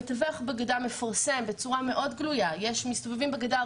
המתווך בגדה מפרסם בצורה מאוד גלויה מסתובבים בגדה,